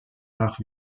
nach